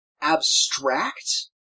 abstract